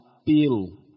appeal